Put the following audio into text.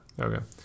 Okay